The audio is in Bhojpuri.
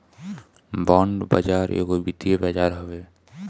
बांड बाजार एगो वित्तीय बाजार हवे